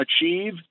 achieve